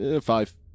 five